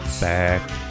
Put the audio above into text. back